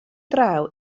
draw